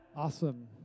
Awesome